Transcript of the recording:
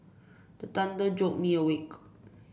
the thunder jolt me awake